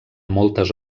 moltes